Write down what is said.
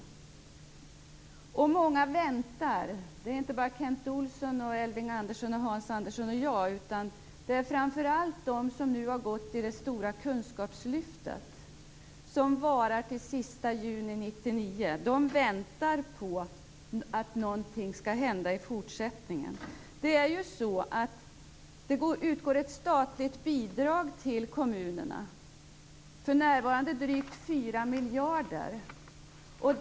Många väntar. Det är inte bara Kent Olsson, Elving Andersson, Hans Andersson och jag, utan det är framför allt de människor som har gått i det stora kunskapslyftet som varar till den sista juni 1999. De väntar på att någonting skall hända i fortsättningen. Det utgår ett statligt bidrag till kommunerna. För närvarande är det drygt 4 miljarder kronor.